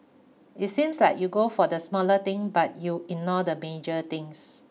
it seems that you go for the smaller thing but you ignore the major things